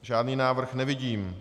Žádný návrh nevidím.